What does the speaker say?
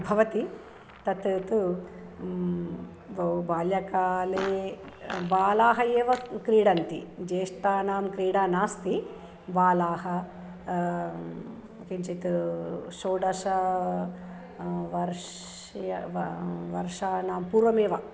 भवति तत् तु बहु बाल्यकाले बालाः एव क्रीडन्ति ज्येष्ठानां क्रीडा नास्ति बालाः किञ्चित् षोडश वर्षीयाः व वर्षाणां पूर्वमेव